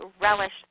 relish